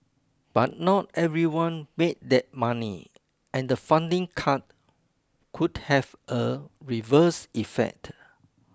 but not everyone made that money and the funding cut could have a reverse effect